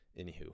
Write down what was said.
anywho